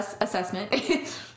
assessment